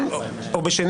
או ביום ראשון,